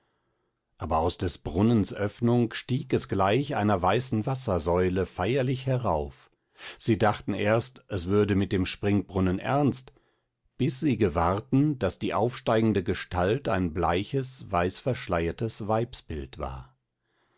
aber aus des brunnens öffnung stieg es gleich einer weißen wassersäule feierlich herauf sie dachten erst es würde mit dem springbrunnen ernst bis sie gewahrten daß die aufsteigende gestalt ein bleiches weißverschleiertes weibsbild war